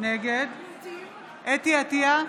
נגד חוה אתי עטייה,